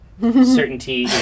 Certainty